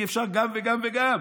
כי אפשר גם וגם וגם.